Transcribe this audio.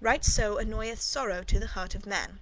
right so annoyeth sorrow to the heart of man